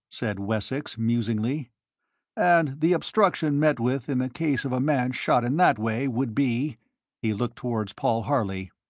said wessex, musingly and the obstruction met with in the case of a man shot in that way would be he looked towards paul harley.